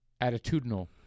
Attitudinal